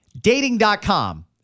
Dating.com